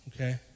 Okay